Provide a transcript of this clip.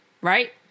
Right